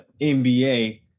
NBA